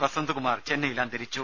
വസന്തകുമാർ ചെന്നൈയിൽ അന്തരിച്ചു